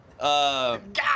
God